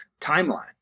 timeline